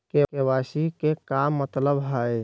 KYC के का मतलब हई?